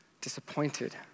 disappointed